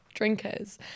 drinkers